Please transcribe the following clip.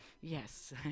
Yes